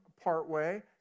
partway